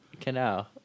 Canal